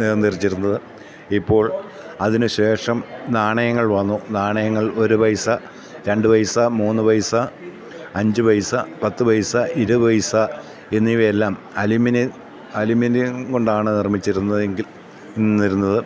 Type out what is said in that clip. നിര്ണയിച്ചിരുന്നത് ഇപ്പോൾ അതിനുശേഷം നാണയങ്ങൾ വന്നു നാണയങ്ങൾ ഒരു പൈസ രണ്ട് പൈസ മൂന്ന് പൈസ അഞ്ച് പൈസ പത്ത് പൈസ ഇരുപത് പൈസ എന്നിവയെല്ലാം അലുമിനിയം കൊണ്ടാണ് നിർമ്മിച്ചിരുന്നത്